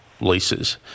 leases